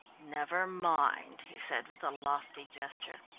never mind, he said with a lofty gesture.